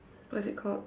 what's it called